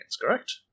correct